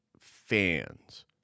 fans